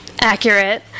accurate